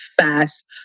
fast